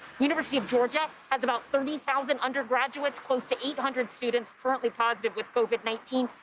university of georgia has about thirty thousand undergraduates, close to eight hundred students currently positive with covid nineteen.